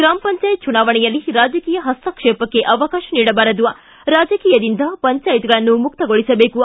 ಗ್ರಾಮ ಪಂಚಾಯತ್ ಚುನಾವಣೆಯಲ್ಲಿ ರಾಜಕೀಯ ಹಸ್ತಕ್ಷೇಪಕ್ಕೆ ಅವಕಾಶ ನೀಡಬಾರದು ರಾಜಕೀಯದಿಂದ ಪಂಚಾಯತ್ಗಳನ್ನು ಮುಕ್ತಗೊಳಿಸಬೇಕು